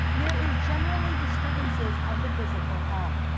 there is generally disturbances of the physical health,